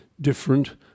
different